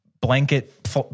blanket